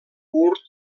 curt